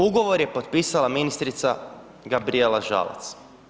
Ugovor je potpisala ministrica Gabrijela Žalac.